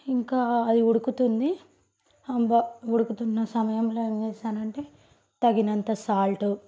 ఇంక అది ఉడుకుతుంది ఉడుకుతున్న సమయంలో ఏం చేసానంటే తగినంత సాల్ట్